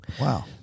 Wow